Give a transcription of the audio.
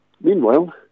Meanwhile